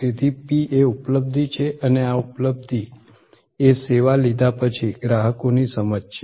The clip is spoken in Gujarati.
તેથી P એ ઉપલબ્ધિ છે અને આ ઉપલબ્ધિ એ સેવા લીધા પછી ગ્રાહકોની સમજ છે